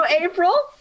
April